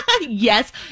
Yes